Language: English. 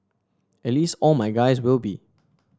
at least all my guys will be